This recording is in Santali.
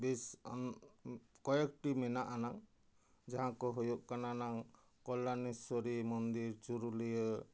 ᱵᱮᱥᱟᱱ ᱠᱚᱭᱮᱠᱴᱤ ᱢᱮᱱᱟᱜ ᱟᱱᱟᱝ ᱡᱟᱦᱟᱸ ᱠᱚ ᱦᱩᱭᱩᱜ ᱠᱟᱱᱟ ᱱᱟᱝ ᱠᱚᱞᱞᱟᱱᱮᱥᱥᱚᱨᱤ ᱢᱚᱱᱫᱤᱨ ᱪᱩᱨᱩᱞᱤᱭᱟᱹ